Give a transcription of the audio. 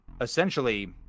Essentially